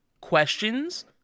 questions